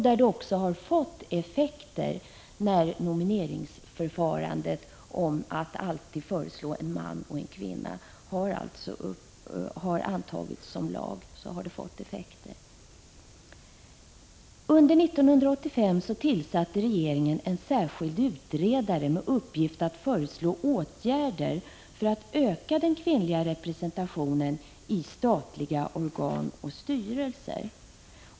Där nomineringsförfarandet att alltid föreslå en man och en kvinna har antagits som lag har det gett effekt. Under 1985 tillsatte regeringen en särskild utredare med uppgift att föreslå åtgärder för att öka den kvinnliga representationen i statliga organ och styrelser.